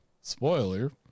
spoiler